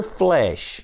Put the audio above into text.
flesh